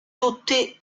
tutti